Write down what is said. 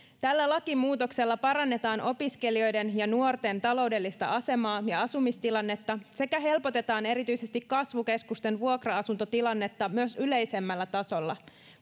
tällä lakimuutoksella parannetaan opiskelijoiden ja nuorten taloudellista asemaa ja asumistilannetta sekä helpotetaan erityisesti kasvukeskusten vuokra asuntotilannetta myös yleisemmällä tasolla